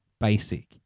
basic